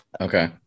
Okay